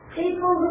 people